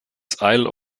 isle